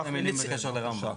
אני אשמח להגיד דברים בקשר לרמב"ם,